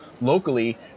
locally